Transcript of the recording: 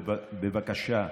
בבקשה,